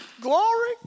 Glory